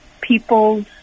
people's